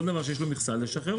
כל דבר שיש לו מכסה לשחרר.